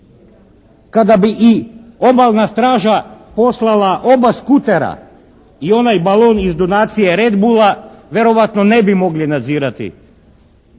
kada bi i obalna straža poslala oba skutera i onaj balon iz donacije "Red Bulla" vjerojatno ne bi mogli nadzirati